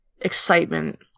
excitement